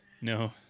no